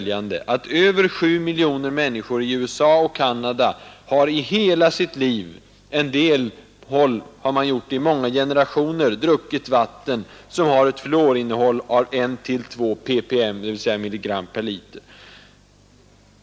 Över 7 miljoner människor i USA och Canada har i hela sitt liv — på en del håll i många generationer — druckit vatten som har ett fluorinnehåll av 1—2 ppm, alltså milligram per liter.